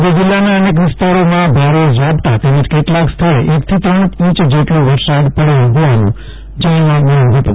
આજે જીલ્લાના અનેક વિસ્તારોમાં ભારે ઝાપટા તેમજ કેટલાક સ્થળે એકથી ત્રણ ઈંચ જેટલો વરસાદ પડયો ફોવાનું જાણવા મળ્યુ ફતું